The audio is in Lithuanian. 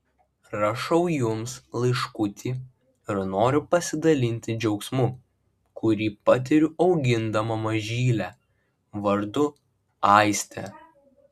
rašau jums laiškutį ir noriu pasidalinti džiaugsmu kurį patiriu augindama mažylę vardu aistė